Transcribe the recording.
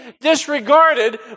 disregarded